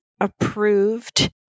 Approved